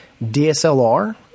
DSLR